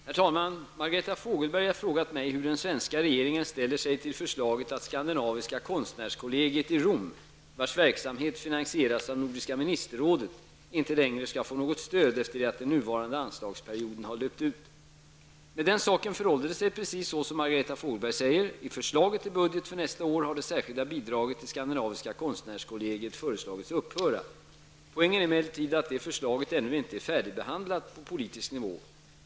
Herr talman! Margareta Fogelberg har frågat mig hur den svenska regeringen ställer sig till förslaget att Skandinaviska konstnärskollegiet i Rom, vars verksamhet finansieras av Nordiska ministerrådet, inte längre skall få något stöd efter det att den nuvarande anslagsperioden har löpt ut. Med denna sak förhåller det sig precis så som Margareta Fogelberg säger. I förslaget till budget för nästa år har det särskilda bidraget till Poängen är emellertid att detta förslag ännu inte är färdigbehandlat på politisk nivå.